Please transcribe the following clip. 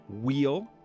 wheel